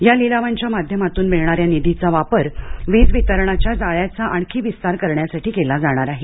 या लिलावांच्या माध्यमातून मिळणाऱ्या निधीचा वापर वीज वितरणाच्या जाळ्याचा आणखी विस्तार करण्यासाठी केला जाणार आहे